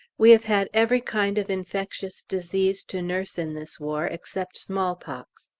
we have had every kind of infectious disease to nurse in this war, except smallpox.